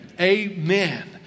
Amen